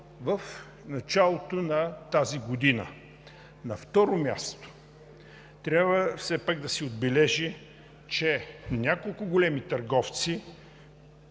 в началото на тази година. На второ място, трябва все пак да се отбележи, че няколко големи търговци,